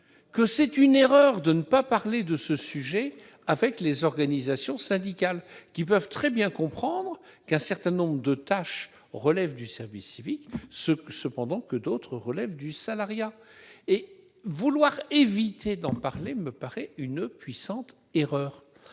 Ce serait une erreur de ne pas parler de ce sujet avec les organisations syndicales, qui peuvent très bien comprendre que certaines tâches relèvent du service civique, cependant que d'autres relèvent du salariat. Vouloir éviter d'en parler me paraît une puissante erreur